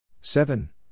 Seven